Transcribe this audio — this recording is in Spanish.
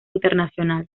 internacional